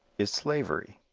is slavery.